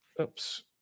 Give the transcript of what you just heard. oops